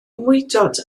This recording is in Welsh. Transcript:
mwydod